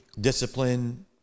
discipline